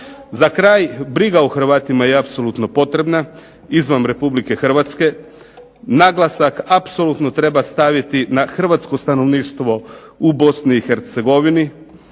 Za kraj, briga o Hrvatima je apsolutno potrebna izvan RH. Naglasak apsolutno treba staviti na hrvatsko stanovništvo u BiH, povratak